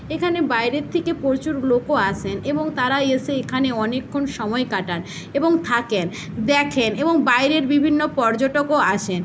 এখানে বাইরের থেকে প্রচুর লোকও আসেন এবং তারা এসে এখানে অনেকক্ষণ সময় কাটান এবং থাকেন দেখেন এবং বাইরের বিভিন্ন পর্যটকও আসেন